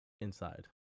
inside